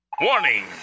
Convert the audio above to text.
Warning